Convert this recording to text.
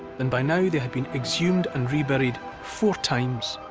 then by now they had been exhumed and reburied four times.